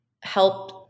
help